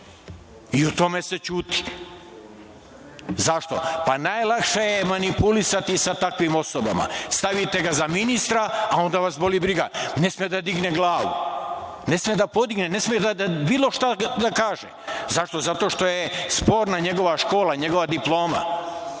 i o tome se ćuti. Zašto? Najlakše je manipulisati sa takvim osobama, stavite ga za ministra, a onda vas boli briga, ne sme da digne glavu, ne sme da bilo šta kaže. Zašto? Zato što je sporna njegova škola, njegova diploma. Mi